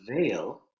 veil